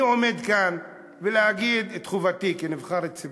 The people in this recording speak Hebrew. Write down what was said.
אני עומד כאן להגיד את חובתי כנבחר ציבור,